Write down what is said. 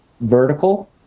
vertical